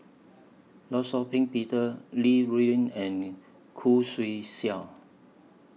law Shau Ping Peter Li Rulin and Khoo Swee Chiow